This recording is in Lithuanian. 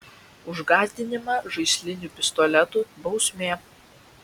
už gąsdinimą žaisliniu pistoletu bausmė